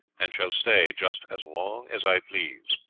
and shall stay just as long as i please.